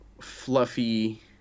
fluffy